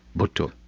bhutto.